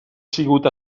sigut